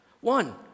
One